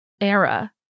era